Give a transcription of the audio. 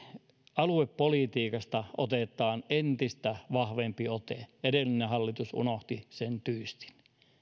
aluepolitiikasta otetaan entistä vahvempi ote edellinen hallitus unohti sen tyystin